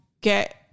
get